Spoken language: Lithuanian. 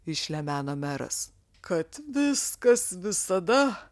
išlemeno meras kad viskas visada